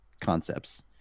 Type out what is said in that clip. concepts